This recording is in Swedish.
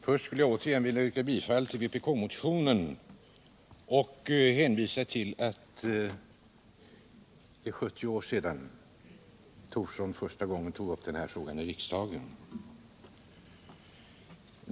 Herr talman! Först vill jag återigen yrka bifall till vpk-motionen och hänvisa till att det är 70 år sedan Thorsson första gången tog upp frågan här i riksdagen.